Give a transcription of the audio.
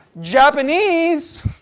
Japanese